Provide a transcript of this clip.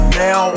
now